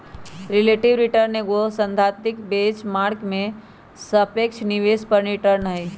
relative return एगो सैद्धांतिक benchmark के सापेक्ष निवेश पर रिटर्न हइ